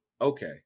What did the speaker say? okay